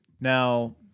Now